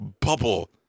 bubble